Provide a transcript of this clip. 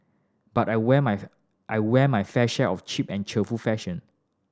but I wear my I wear my fair share of cheap and cheerful fashion